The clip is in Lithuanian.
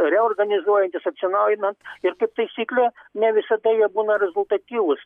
reorganizuojantis atsinaujinant ir kaip taisyklė ne visada jie būna rezultatyvūs